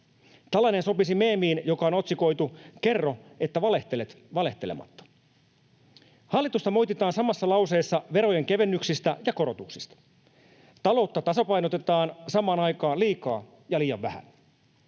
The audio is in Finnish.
Tällainen sopisi meemiin, joka on otsikoitu: ”Kerro, että valehtelet valehtelematta.” Hallitusta moititaan samassa lauseessa verojen kevennyksistä ja korotuksista. Taloutta tasapainotetaan samaan aikaan liikaa ja liian vähän.